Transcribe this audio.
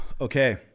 Okay